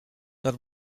there